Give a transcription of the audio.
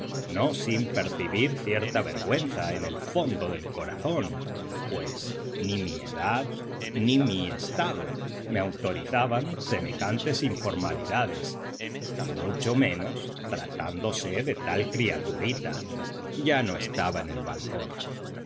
no sin percibir cierta vergüenza en el fondo del corazón pues ni mi edad ni mi estado me autorizaban semejantes informalidades mucho menos tratándose de tal criaturita ya no estaba en el balcón